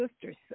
sisters